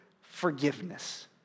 forgiveness